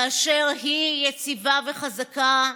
כאשר היא יציבה וחזקה,